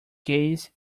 gaze